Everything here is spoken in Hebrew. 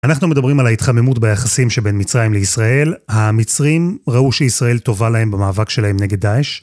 אנחנו מדברים על ההתחממות ביחסים שבין מצרים לישראל. המצרים ראו שישראל טובה להם במאבק שלהם נגד דעש.